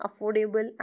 affordable